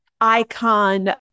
icon